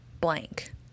blank